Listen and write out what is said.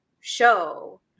show